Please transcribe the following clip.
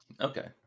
Okay